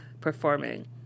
performing